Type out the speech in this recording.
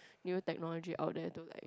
new technology out there to like